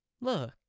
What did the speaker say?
Look